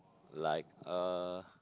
like uh